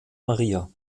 maria